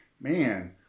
man